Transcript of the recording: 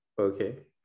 Okay